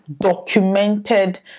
documented